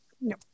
No